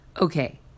Okay